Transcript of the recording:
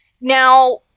now